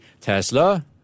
Tesla